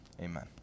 Amen